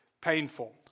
painful